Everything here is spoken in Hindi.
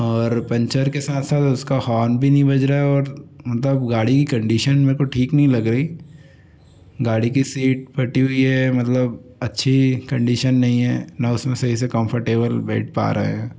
और पंचर के साथ साथ उसका हॉर्न भी नहीं बज रहा है और मतलब गाड़ी कंडीशन में को ठीक नहीं लग रही गाड़ी की सीट फटी हुई है मतलब अच्छी कंडीशन नहीं है ना उसमें सही से कंफर्टेबल बैठ पा रहे है